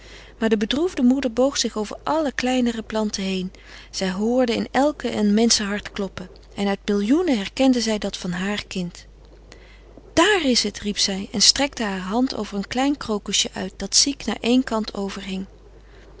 maar de bedroefde moeder boog zich over alle kleinere planten heen zij hoorde in elke een menschenhart kloppen en uit millioenen herkende zij dat van haar kind daar is het riep zij en strekte haar hand over een klein krokusje uit dat ziek naar één kant overhing